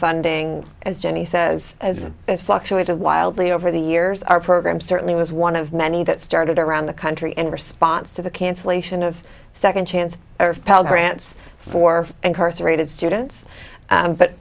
funding as jenny says as has fluctuated wildly over the years our program certainly was one of many that started around the country in response to the cancellation of second chance or pell grants for incarcerated students